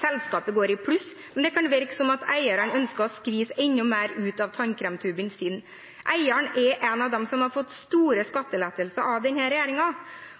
Selskapet går i pluss, men det kan virke som at eierne ønsker å skvise enda mer ut av tannkremtuben sin. Eieren er en av dem som har fått store skattelettelser av denne regjeringen.